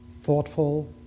thoughtful